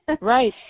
Right